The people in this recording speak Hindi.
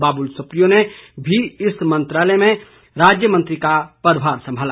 बाबुल सुप्रियो ने भी इसी मंत्रालय में राज्य मंत्री का पदभार संभाला